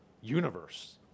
universe